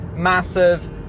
Massive